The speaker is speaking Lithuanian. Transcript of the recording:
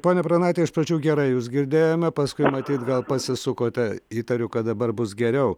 pone pranaiti iš pradžių gerai jus girdėjome paskui matyt gal pasisukote įtariu kad dabar bus geriau